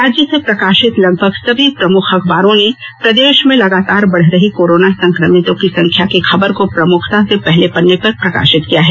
राज्य से प्रकाशित लगभग सभी प्रमुख अखबारों ने प्रदेश में लगातार बढ़ रही कोरोना संक्रमितों की संख्या की खबर को प्रमुखता से पहले पन्ने पर प्रकाशित किया है